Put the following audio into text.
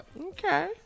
Okay